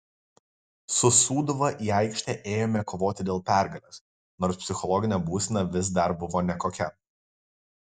su sūduva į aikštę ėjome kovoti dėl pergalės nors psichologinė būsena vis dar buvo nekokia